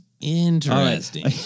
Interesting